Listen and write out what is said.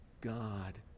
God